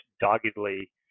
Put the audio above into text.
doggedly